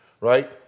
right